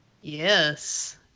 Yes